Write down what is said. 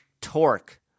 torque